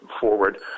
forward